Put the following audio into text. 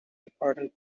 important